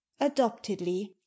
adoptedly